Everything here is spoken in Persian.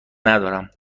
ندارم